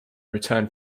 return